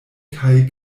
kaj